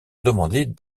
demander